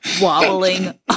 wobbling